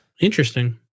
Interesting